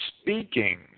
speaking